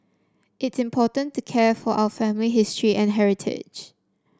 it's important to care for our family history and heritage